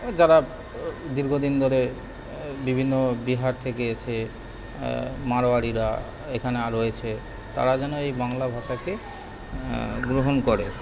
এ যারা দীর্ঘদিন ধরে বিভিন্ন বিহার থেকে এসে মাড়োয়ারিরা এখানে আরো এসে তারা যেন এই বাংলা ভাষাকে গ্রহণ করে